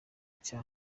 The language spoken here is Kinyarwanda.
cya